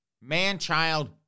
man-child